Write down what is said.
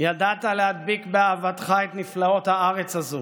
ידעת להדביק באהבתך את נפלאות הארץ הזו,